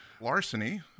larceny